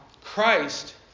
Christ